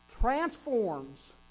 transforms